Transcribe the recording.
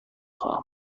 خواهم